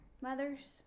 Mothers